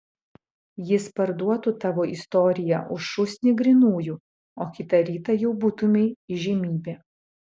jis parduotų tavo istoriją už šūsnį grynųjų o kitą rytą jau būtumei įžymybė